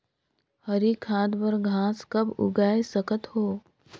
हरी खाद बर घास कब उगाय सकत हो?